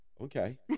Okay